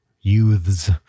youths